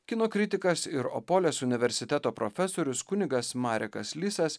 kino kritikas ir opolės universiteto profesorius kunigas marekas lisas